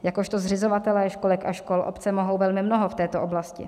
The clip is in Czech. Jakožto zřizovatelé školek a škol obce mohou velmi mnoho v této oblasti.